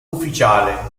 ufficiale